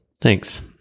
Thanks